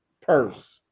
purse